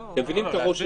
אתם מבינים את הראש שלנו.